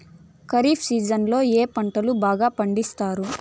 ఖరీఫ్ సీజన్లలో ఏ పంటలు బాగా పండిస్తారు